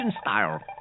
style